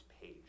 page